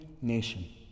nation